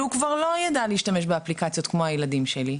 שהוא כבר לא יידע להשתמש באפליקציות כמו הילדים שלי.